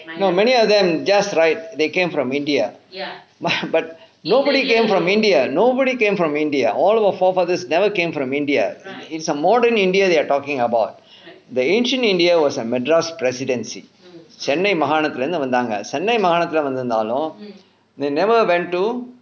no many of them just write they came from india but nobody came from india nobody came from india all of our forefathers never came from india it's some modern india they are talking about the ancient india was at madras presidency chennai மாகாணத்தில் இருந்து வந்தாங்க:maakanathil irunthu vanthaanga chennai மாகாணத்தில் வந்து இருந்தாலும்:maakaanthil vanthu irunthaalum they never went to